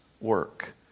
work